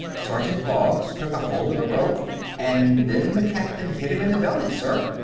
sergeant boggs took a hold of the rope and then the captain hit him in the belly, sir.